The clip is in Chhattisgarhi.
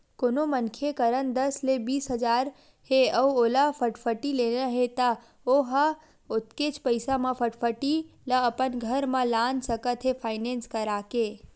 कोनो मनखे करन दस ले बीस हजार हे अउ ओला फटफटी लेना हे त ओ ह ओतकेच पइसा म फटफटी ल अपन घर म लान सकत हे फायनेंस करा के